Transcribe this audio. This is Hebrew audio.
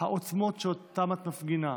העוצמות שאותן את מפגינה,